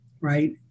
right